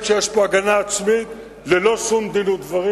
שיש פה הגנה עצמית ללא שום דין ודברים.